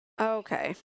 Okay